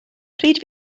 pryd